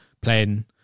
playing